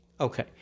Okay